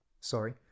sorry